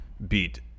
beat